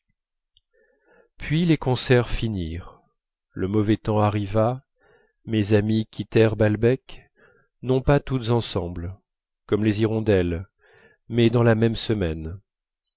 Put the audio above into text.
puis les concerts finirent le mauvais temps arriva mes amies quittèrent balbec non pas toutes ensemble comme les hirondelles mais dans la même semaine